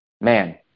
man